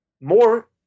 more